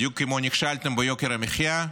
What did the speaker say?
בדיוק כמו שנכשלתם ביוקר המחיה,